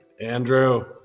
andrew